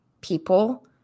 people